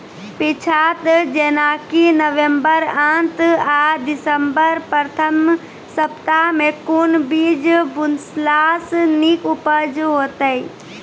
पीछात जेनाकि नवम्बर अंत आ दिसम्बर प्रथम सप्ताह मे कून बीज बुनलास नीक उपज हेते?